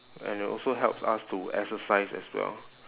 and it also helps us to exercise as well